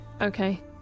Okay